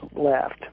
left